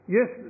Yes